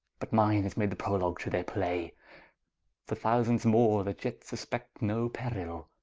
but mine is made the prologue to their play for thousands more, that yet suspect no perill,